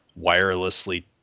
wirelessly